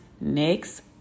next